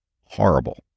horrible